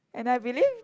and I believe